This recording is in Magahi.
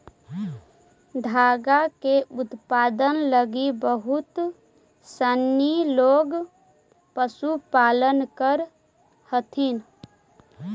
धागा के उत्पादन लगी बहुत सनी लोग पशुपालन करऽ हथिन